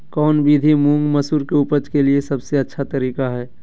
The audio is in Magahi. कौन विधि मुंग, मसूर के उपज के लिए सबसे अच्छा तरीका है?